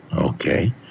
Okay